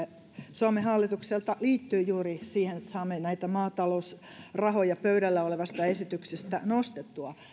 suomen hallitukselta liittyy juuri siihen että saamme näitä maatalousrahoja pöydällä olevasta esityksestä nostettua